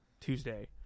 Tuesday